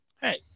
hey